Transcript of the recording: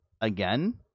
again